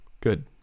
Good